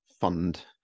fund